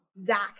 Zach